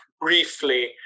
briefly